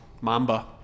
Mamba